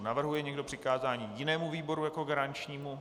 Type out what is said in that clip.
Navrhuje někdo přikázání jinému výboru jako garančnímu?